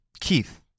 keith